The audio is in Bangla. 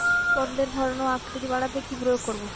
পটলের ফলন ও আকৃতি বাড়াতে কি প্রয়োগ করব?